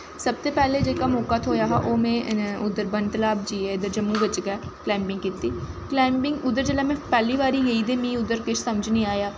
सब तो पैह्लें जेह्का मौका थ्होआ हा ओह् बन तलाब जाइयै जम्मू बिच्च कलाईंबिंग कीती कलाईंबिंग उद्धऱ जिसलै में पैह्ली बारी गेई ते मीं किश उद्धर समझ निं आया